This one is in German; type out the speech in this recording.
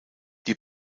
die